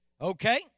Okay